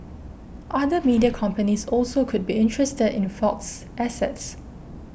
other media companies also could be interested in Fox's assets